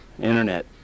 Internet